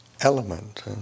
element